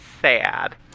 sad